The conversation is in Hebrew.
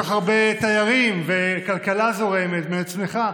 עם כל כך הרבה תיירים וכלכלה זורמת וצמיחה.